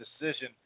decision